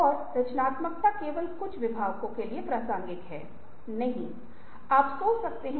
इस में से एक प्रवृत्ति यह है कि हमें समस्याओं के बारेमा सोचना चाहिए